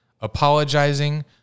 apologizing